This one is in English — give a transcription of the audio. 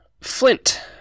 Flint